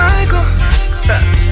Michael